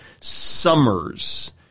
summers